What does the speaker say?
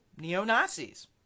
neo-Nazis